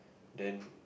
then